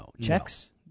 Checks